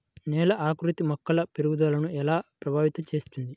నేల ఆకృతి మొక్కల పెరుగుదలను ఎలా ప్రభావితం చేస్తుంది?